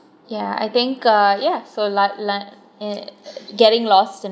yeah I think uh yeah so lon~ lon~ ge~ getting lost in